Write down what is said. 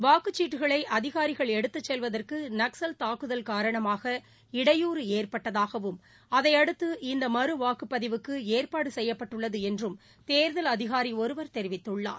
வாக்குச்சீட்டுகளை அதிகாரிகள் எடுத்து செல்வதற்கு நக்கல் தாக்குதல் காரணமாக இடையூறு ஏற்பட்டதாகவும் அதையடுத்து இந்த மறு வாக்குப்பதிவுக்கு ஏற்பாடு செய்யப்பட்டுள்ளது என்றும் தேர்தல் அதிகாரி ஒருவர் தெரிவித்துள்ளார்